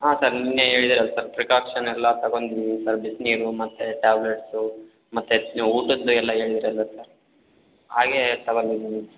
ಹಾಂ ಸರ್ ನಿನ್ನೆ ಹೇಳಿದಿರಲ್ಲ ಸರ್ ಪ್ರಿಕಾಕ್ಷನೆಲ್ಲ ತಗೊಂಡಿದಿನಿ ಸರ್ ಬಿಸಿನೀರು ಮತ್ತು ಟ್ಯಾಬ್ಲೆಟ್ಸು ಮತ್ತು ಊಟದ್ದು ಎಲ್ಲ ಹೇಳಿದಿರಲ್ಲ ಸರ್ ಹಾಗೇ ತಗೊಂಡಿದಿನಿ ಸರ್